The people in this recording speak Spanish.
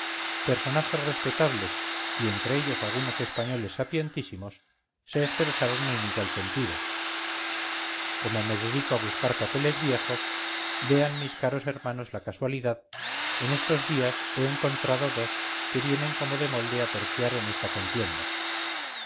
personajes respetables y entre ellos algunos españoles sapientísimos se expresaron en igual sentido como me dedico a buscar papeles viejos vean mis caros hermanos la casualidad en estos días he encontrado dos que vienen como de molde a terciar en esta contienda